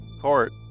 Court